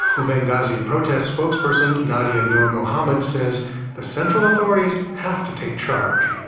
the benghazi protest spokesperson, nadia nour muhammad, says the central authorities have to take charge.